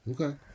Okay